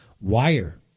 wire